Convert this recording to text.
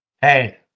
Hey